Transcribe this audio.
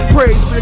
Praise